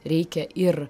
reikia ir